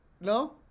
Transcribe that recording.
No